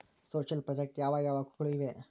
Social project ಯಾವ ಯಾವ ಹಕ್ಕುಗಳು ಇವೆ?